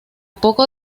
poco